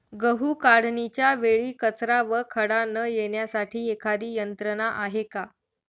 गहू काढणीच्या वेळी कचरा व खडा न येण्यासाठी एखादी यंत्रणा आहे का?